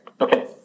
Okay